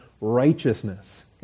righteousness